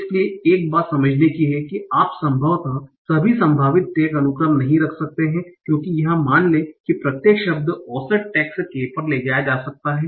इसलिए एक बात समझने की है कि आप संभवतः सभी संभावित टैग अनुक्रम नहीं रख सकते हैं क्योंकि यह मान लें कि प्रत्येक शब्द औसत टैगस k पर ले जाया जा सकता है